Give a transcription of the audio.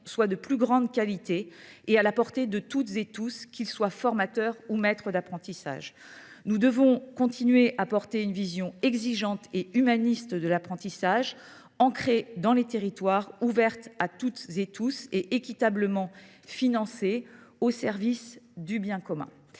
soit de grande qualité et à la portée de tous, qu’ils soient formateurs ou maîtres d’apprentissage. Nous devons continuer à promouvoir une vision exigeante et humaniste de l’apprentissage : ancré dans les territoires, ouvert à tous, équitablement financé et au service du bien commun.